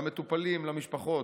של המטופלים, של המשפחות.